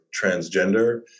transgender